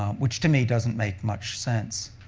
um which, to me, doesn't make much sense.